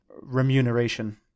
remuneration